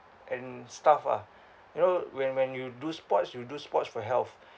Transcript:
and stuff ah you know when when you do sports you do sports for health